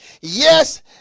Yes